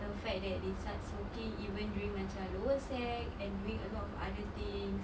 the fact that they start smoking even during macam lower sec and doing a lot of other things